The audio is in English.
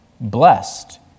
blessed